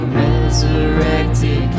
resurrected